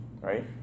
right